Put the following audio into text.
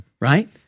Right